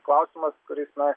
klausimas kuris na